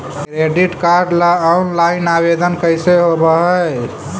Credit card ल online आवेदन कैसे होब है?